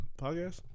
podcast